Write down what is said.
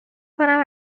کنم